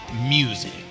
Music